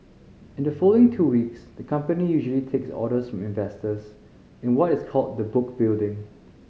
in the following two weeks the company usually takes orders from investors in what is called the book building